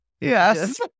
Yes